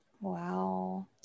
Wow